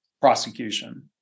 prosecution